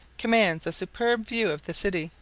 commands a superb view of the city,